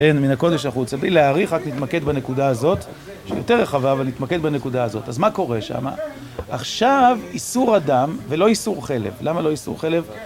אין, מן הקודש החוצה. בלי להאריך, רק להתמקד בנקודה הזאת, שהיא יותר רחבה, אבל להתמקד בנקודה הזאת. אז מה קורה שמה? עכשיו איסור אדם ולא איסור חלב. למה לא איסור חלב?